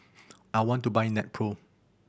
I want to buy Nepro